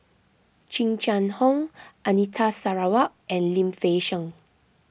Jing Jun Hong Anita Sarawak and Lim Fei Shen